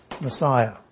Messiah